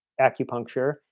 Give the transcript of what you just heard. acupuncture